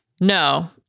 No